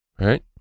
Right